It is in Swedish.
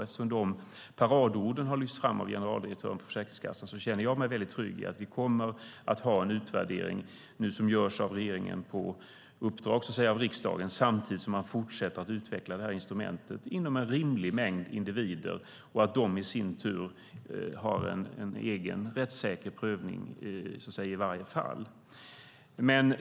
Eftersom de paradorden har lyfts fram av generaldirektören för Försäkringskassan känner jag mig väldigt trygg i att vi kommer att få en utvärdering som görs av regeringen på uppdrag av riksdagen, samtidigt som man fortsätter att utveckla instrumentet inom en rimligt stor mängd individer, och att de i sin tur får en egen rättssäker prövning i varje fall.